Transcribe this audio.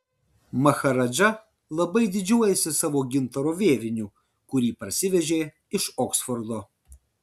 maharadža labai didžiuojasi savo gintaro vėriniu kurį parsivežė iš oksfordo